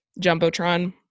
jumbotron